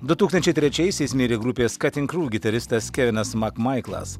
du tūkstančiai trečiaisiais mirė grupės kating kru gitaristas kevinas makmaiklas